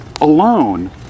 alone